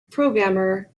programmer